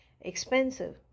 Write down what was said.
expensive